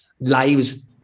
lives